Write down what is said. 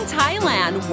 Thailand